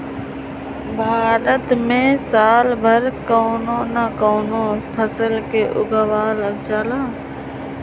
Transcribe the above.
भारत में साल भर कवनो न कवनो फसल के उगावल जाला